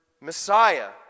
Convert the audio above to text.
Messiah